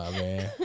man